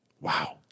Wow